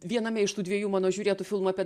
viename iš tų dviejų mano žiūrėtų filmą apie